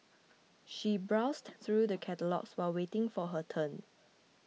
she browsed through the catalogues while waiting for her turn